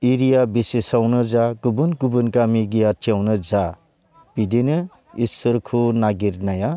urea बेसिसावनो जा गुबुन गुबुन गामि गियाथियावनो जा बिदिनो इसोरखौ नागिरनाया